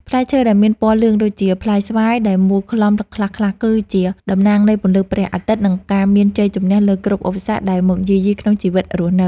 ផ្លែឈើដែលមានពណ៌លឿងដូចជាផ្លែស្វាយដែលមូលក្លំខ្លះៗគឺជាតំណាងនៃពន្លឺព្រះអាទិត្យ និង ការមានជ័យជម្នះលើគ្រប់ឧបសគ្គដែលមកយាយីក្នុងជីវិតរស់នៅ។